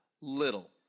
little